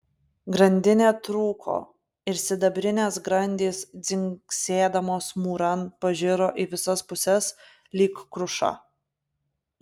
grandinė trūko ir sidabrinės grandys dzingsėdamos mūran pažiro į visas puses lyg kruša